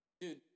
dude